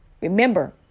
Remember